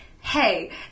hey